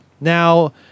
Now